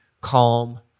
calm